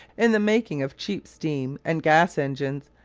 in the making of cheap steam and gas engines,